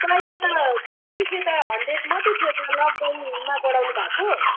पहिला त कम्ती थियो त हन्ड्रेड मात्रै थियो त लकडउनमा बढाउनु भएको